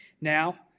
Now